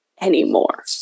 anymore